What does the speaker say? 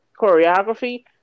choreography